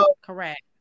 Correct